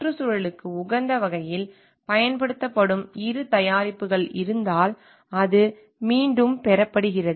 சுற்றுச்சூழலுக்கு உகந்த வகையில் பயன்படுத்தப்படும் இரு தயாரிப்புகள் இருந்தால் அது மீண்டும் பெறப்படுகிறது